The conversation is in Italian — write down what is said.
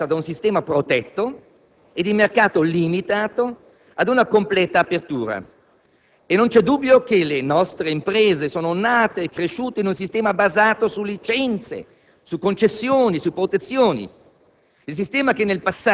Difatti, si passa da un sistema protetto e di mercato limitato ad una completa apertura, e non c'è dubbio che le nostre imprese sono nate e cresciute in un sistema basato su licenze, su concessioni, su protezioni: